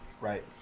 Right